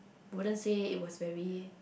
wouldn't say it was very